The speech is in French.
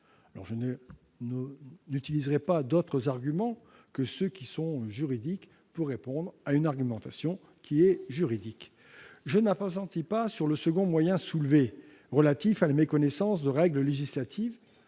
Je n'utiliserai pas d'arguments autres que juridiques pour répondre à une argumentation qui est juridique. Je ne m'appesantis pas sur le second moyen soulevé, relatif à la méconnaissance de règles législatives,